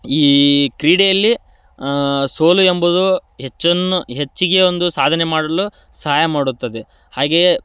ಈ ಕ್ರೀಡೆಯಲ್ಲಿ ಸೋಲು ಎಂಬುದು ಹೆಚ್ಚನ್ನು ಹೆಚ್ಚಿಗೆ ಒಂದು ಸಾಧನೆ ಮಾಡಲು ಸಹಾಯ ಮಾಡುತ್ತದೆ ಹಾಗೆಯೇ